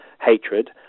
hatred